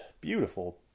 beautiful